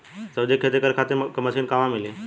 सब्जी के खेती करे खातिर मशीन कहवा मिली?